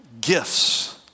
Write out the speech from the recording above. gifts